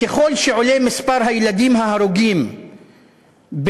ככל שעולה מספר הילדים ההרוגים בעזה,